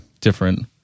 different